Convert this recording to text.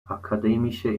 akademische